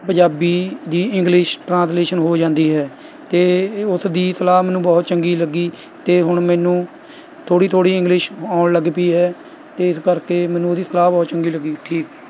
ਪੰਜਾਬੀ ਦੀ English translation ਹੋ ਜਾਂਦੀ ਹੈ ਅਤੇ ਉਸ ਦੀ ਸਲਾਹ ਮੈਨੂੰ ਬਹੁਤ ਚੰਗੀ ਲੱਗੀ ਅਤੇ ਹੁਣ ਮੈਨੂੰ ਥੋੜ੍ਹੀ ਥੋੜ੍ਹੀ ਇੰਗਲਿਸ਼ ਆਉਣ ਲੱਗ ਪਈ ਹੈ ਅਤੇ ਇਸ ਕਰਕੇ ਮੈਨੂੰ ਉਹਦੀ ਸਲਾਹ ਬਹੁਤ ਚੰਗੀ ਲੱਗੀ ਠੀਕ